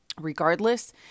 Regardless